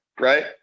right